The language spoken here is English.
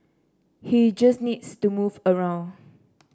he just needs to move around